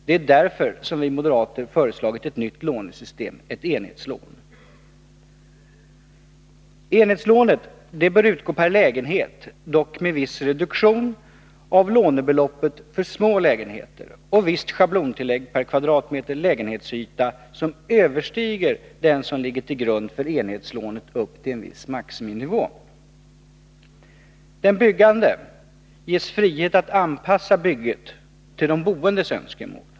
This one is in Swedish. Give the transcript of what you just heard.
Det är därför som vi moderater har föreslagit ett nytt lånesystem — ett enhetslån. Enhetslånet bör utgå per lägenhet, dock med viss reduktion av lånebeloppet för små lägenheter, och visst schablontillägg per kvadratmeter lägenhetsyta som överstiger den som ligger till grund för enhetslånet upp till en viss maximinivå. Den byggande ges frihet att anpassa bygget till de boendes önskemål.